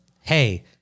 Hey